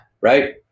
right